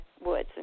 woods